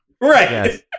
Right